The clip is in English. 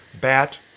Bat